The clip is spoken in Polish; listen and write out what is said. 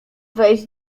wejść